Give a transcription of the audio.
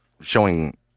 showing